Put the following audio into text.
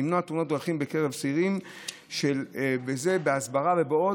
למנוע תאונות דרכים בקרב צעירים בהסברה ועוד.